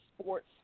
sports